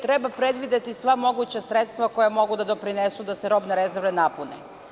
Treba predvideti sva moguća sredstva koja mogu da doprinesu da se robne rezerve napune.